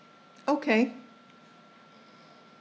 okay